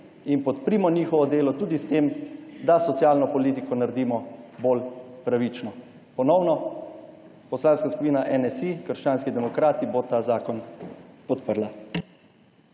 in podprimo njihovo delo tudi s tem, da socialno politiko naredimo bolj pravično. Ponovno, Poslanska skupina NSi – krščanski demokrati, bo ta zakon podprla.